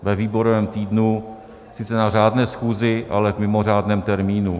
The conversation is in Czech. Ve výborovém týdnu, sice na řádné schůzi, ale v mimořádném termínu.